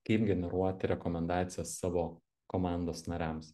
kaip generuoti rekomendacijas savo komandos nariams